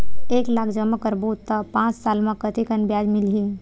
एक लाख जमा करबो त पांच साल म कतेकन ब्याज मिलही?